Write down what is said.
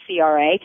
CRA